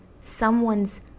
someone's